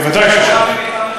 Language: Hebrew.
ודאי שכן.